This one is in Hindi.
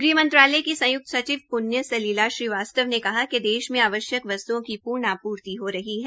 गृह मंत्रालय की संयुक्त सचिव सलिला श्रीवास्तव ने कहा कि देश में आवश्यक वस्त्ओं की पूर्ण आपूर्ति हो रही है